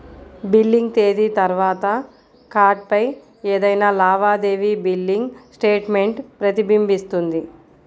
billing తేదీ తర్వాత కార్డ్పై ఏదైనా లావాదేవీ బిల్లింగ్ స్టేట్మెంట్ ప్రతిబింబిస్తుంది